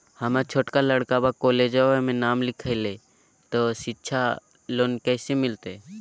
हमर छोटका लड़कवा कोलेजवा मे नाम लिखाई, तो सिच्छा लोन कैसे मिलते?